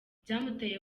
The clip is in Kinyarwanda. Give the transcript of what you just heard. byamuteye